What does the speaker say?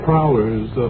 Prowler's